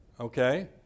okay